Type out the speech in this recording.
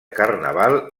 carnaval